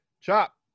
Chop